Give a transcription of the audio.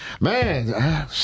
Man